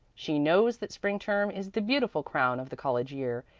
she knows that spring term is the beautiful crown of the college year,